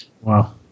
Wow